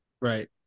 Right